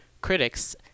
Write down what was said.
Critics